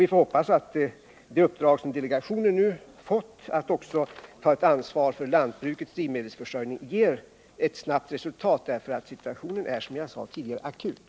Vi hoppas att delegationens uppdrag att också ta ansvar för lantbrukets drivmedelsförsörjning snabbt ger resultat. Situationen är, som jag sade tidigare, akut.